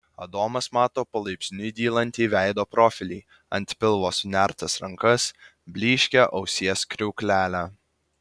adomas mato palaipsniui dylantį veido profilį ant pilvo sunertas rankas blyškią ausies kriauklelę